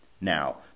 Now